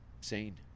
sane